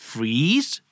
Freeze